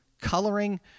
coloring